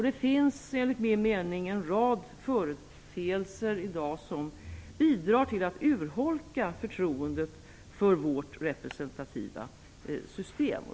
Det finns enligt min mening en rad företeelser i dag som bidrar till att urholka förtroendet för vårt representativa system.